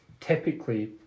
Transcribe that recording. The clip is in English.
typically